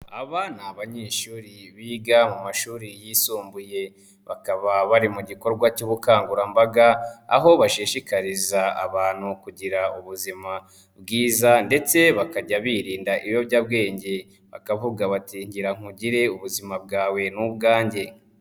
Aba ni abanyeshuri biga mu mashuri yisumbuye, bakaba bari mu gikorwa cy'ubukangurambaga, aho bashishikariza abantu kugira ubuzima bwiza ndetse bakajya birinda ibiyobyabwenge, bakavuga bati ngira nkugire ubuzima bwawe ni ubwanjye.